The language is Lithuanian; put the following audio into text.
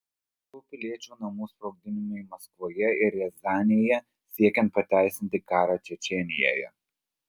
savų piliečių namų sprogdinimai maskvoje ir riazanėje siekiant pateisinti karą čečėnijoje